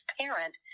parent